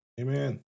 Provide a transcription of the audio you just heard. Amen